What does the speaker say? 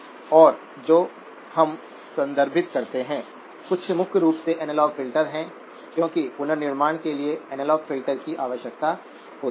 और जो हम संदर्भित करते हैं वह मुख्य रूप से एनालॉग फ़िल्टर हैं क्योंकि पुनर्निर्माण के लिए एनालॉग फ़िल्टर की आवश्यकता होती है